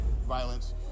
violence